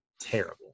terrible